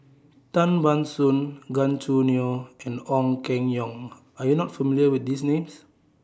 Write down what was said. Tan Ban Soon Gan Choo Neo and Ong Keng Yong Are YOU not familiar with These Names